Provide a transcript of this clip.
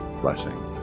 blessings